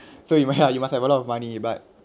so you might ya you must have a lot of money but